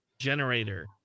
generator